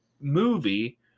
movie